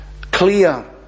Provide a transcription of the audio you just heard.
clear